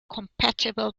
compatible